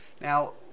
Now